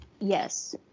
Yes